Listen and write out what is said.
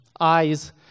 Eyes